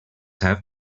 have